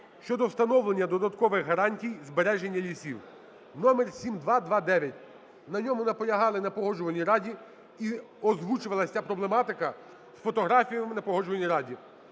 щодо встановлення додаткових гарантій збереження лісів (№ 7229). На ньому наполягали на Погоджувальній раді, і озвучувалась ця проблематика з фотографіями на Погоджувальній раді.